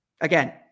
again